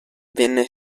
venne